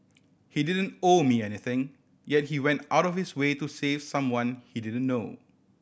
he didn't owe me anything yet he went out of his way to save someone he didn't know